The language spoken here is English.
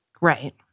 Right